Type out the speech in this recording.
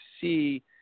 see